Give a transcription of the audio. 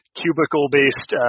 cubicle-based